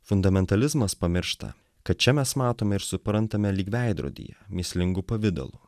fundamentalizmas pamiršta kad čia mes matome ir suprantame lyg veidrodyje mįslingu pavidalu